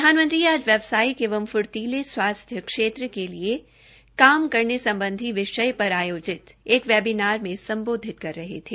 प्रधानमंत्री आज व्यावसायिक एवं फ्र्तीले स्वास्थ्य क्षेत्र के लिए काम करने सम्बधी विषय पर आयोजित वेबीनार को सम्बोधित कर रहे थे